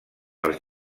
els